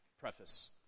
preface